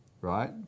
right